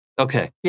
Okay